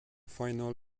final